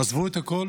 עזבו את הכול